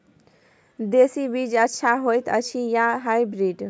देसी बीज अच्छा होयत अछि या हाइब्रिड?